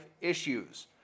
issues